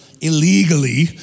illegally